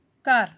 ਘਰ